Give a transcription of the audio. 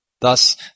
Thus